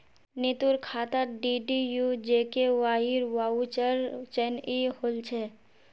नीतूर खातात डीडीयू जीकेवाईर वाउचर चनई होल छ